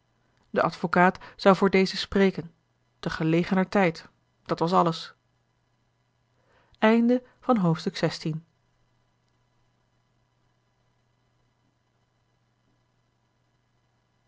de advocaat zou voor dezen spreken te gelegener tijd dat was alles